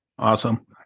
Awesome